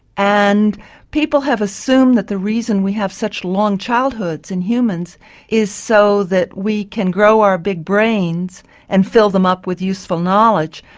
and people have assumed that the reason we have such a long childhoods in humans is so that we can grow our big brains and fill them up with useful knowledge.